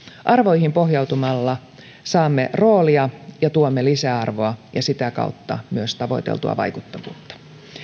arvoihin pohjautumalla saamme roolia ja tuomme lisäarvoa ja sitä kautta myös tavoiteltua vaikuttavuutta